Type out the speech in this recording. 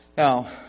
Now